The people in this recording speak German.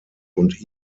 und